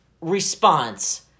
response